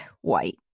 white